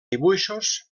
dibuixos